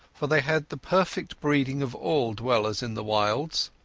for they had the perfect breeding of all dwellers in the wilds,